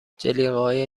جلیقههای